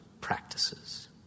practices